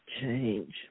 change